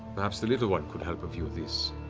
perhaps the little one could help a few at this.